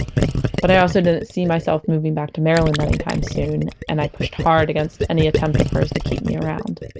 but i also didn't see myself moving back to maryland anytime soon. and i pushed hard against any attempt of hers to keep me around